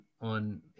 on